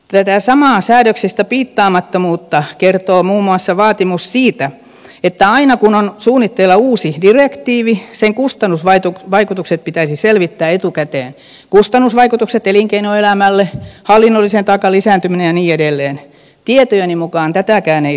tästä samasta säädöksistä piittaamattomuudesta kertoo muun muassa se että vaikka on vaatimus siitä että aina kun on suunnitteilla uusi direktiivi sen kustannusvaikutukset pitäisi selvittää etukäteen kustannusvaikutukset elinkeinoelämälle hallinnollisen taakan lisääntyminen ja niin edelleen tietojeni mukaan tätäkään ei selvitetä